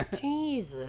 Jesus